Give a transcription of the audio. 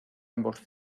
ambos